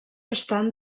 estan